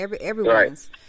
everyone's